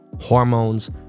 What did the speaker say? hormones